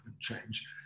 change